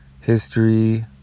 history